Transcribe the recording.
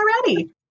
already